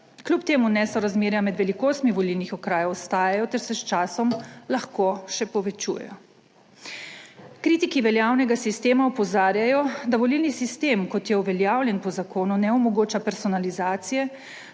Kljub temu nesorazmerja med velikostmi volilnih okrajev ostajajo ter se s časom lahko še povečujejo. Kritiki veljavnega **60. TRAK: (NB) - 17.45** (Nadaljevanje) sistema opozarjajo, da volilni sistem, kot je uveljavljen po zakonu, ne omogoča personalizacije,